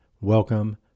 welcome